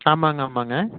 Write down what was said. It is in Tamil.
ஆமாங்க ஆமாங்க